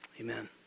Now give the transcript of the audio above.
amen